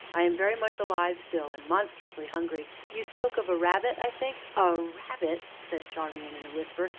i am very much alive still, and monstrously hungry you spoke of a rabbit, i think a rabbit! said charmian in a whisper,